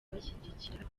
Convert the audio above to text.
kubashyigikira